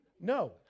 no